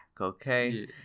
okay